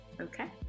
Okay